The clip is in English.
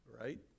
Right